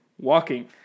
walking